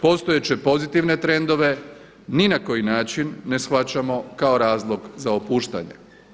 Postojeće pozitivne trendove ni na koji način ne shvaćamo kao razlog za opuštanje.